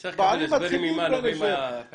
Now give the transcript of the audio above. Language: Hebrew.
נצטרך לקבל הסברים ממה נובעים הפערים.